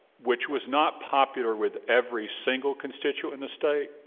which was not popular with every single constituent in the state,